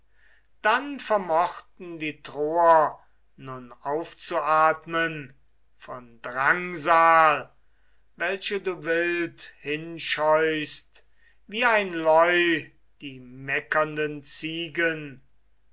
dann vermochten die troer nun aufzuatmen von drangsal welche du wild hinscheuchst wie ein leu die meckernden ziegen